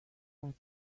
left